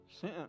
sin